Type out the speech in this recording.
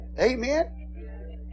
Amen